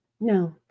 No